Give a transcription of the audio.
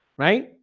right?